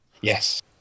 Yes